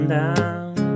down